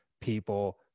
people